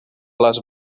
les